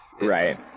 right